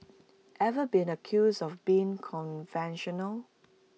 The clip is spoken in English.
ever been accused of being conventional